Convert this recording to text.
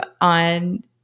on